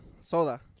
Soda